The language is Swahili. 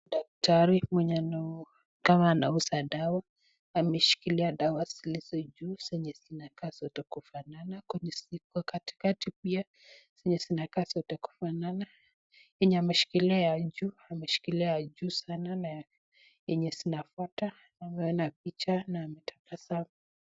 Daktari mwenye anaonekana anauza dawa ameshikilia dawa zilizo juu dawa zenye zina kutofanana zenye ziko katikati pia zenye zinakaa zote kufanana yenye ameskikilia ya juu ameshikilia ya juu sana na ya yenye zinafwata na picha na anatabasamu.